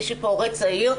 מי שפה הורה צעיר,